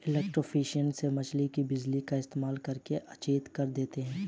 electrofishing में मछली को बिजली का इस्तेमाल करके अचेत कर देते हैं